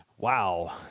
Wow